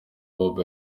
bob